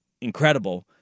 incredible